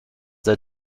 they